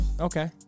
okay